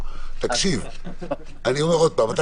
או